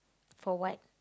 for what